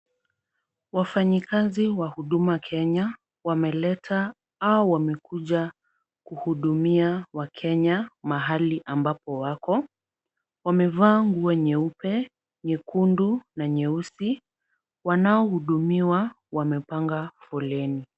Wafanyikazi wa Huduma Kenya ,wameleta au wamekuja kuhudumia wakenya mahali ambapo wako, wamevaa nguo nyeupe, nyekundu na nyeusi. Wanaohudumiwa, wamepanga foleni.